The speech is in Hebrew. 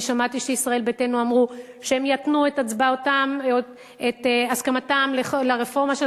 ואני שמעתי שישראל ביתנו אמרו שהם ייתנו את הסכמתם לרפורמה של